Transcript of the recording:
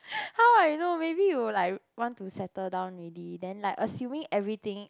how I know maybe you like want to settle down ready then like assuming everything